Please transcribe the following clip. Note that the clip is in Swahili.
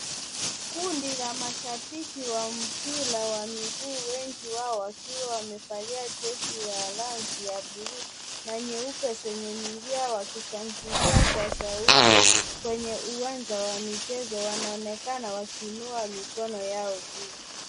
Kundi la mashabiki wa mpira wa miguu wengi wao wakiwa wamevalia jezi ya rangi ya buluu na nyeupe zenye milia wakishangilia kwa shauku kwenye uwanja wa michezo wanaonekana wakiinua mikono yao juu.